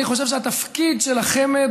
אני חושב שהתפקיד של החמ"ד